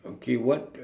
okay what